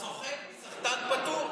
הסוחט מסחטן, פטור.